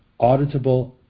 auditable